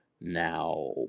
now